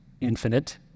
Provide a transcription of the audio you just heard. infinite